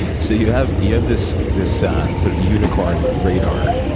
so, you have you have this this sort of unicorn radar,